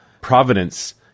Providence